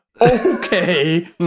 okay